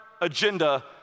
agenda